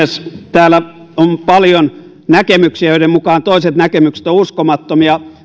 täällä on paljon näkemyksiä joiden mukaan toiset näkemykset ovat uskomattomia